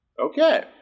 okay